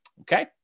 Okay